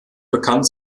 bekannt